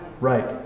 Right